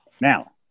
Now